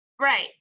Right